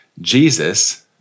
Jesus